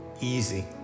easy